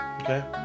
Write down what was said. Okay